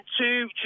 two